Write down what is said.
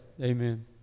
Amen